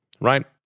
Right